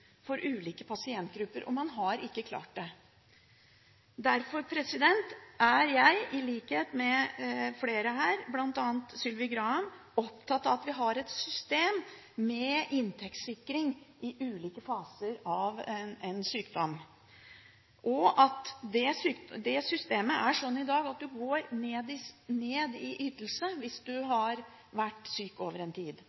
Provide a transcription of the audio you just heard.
for ulike pasientgrupper, og man har ikke klart det. Derfor er jeg, i likhet med flere her, bl.a. Sylvi Graham, opptatt av at vi har et system med inntektssikring i ulike faser av en sykdom. Det systemet er slik i dag at man går ned i ytelse, hvis